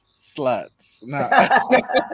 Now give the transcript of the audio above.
Sluts